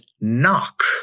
knock